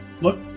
look